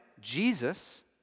Jesus